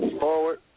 Forward